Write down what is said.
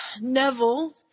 Neville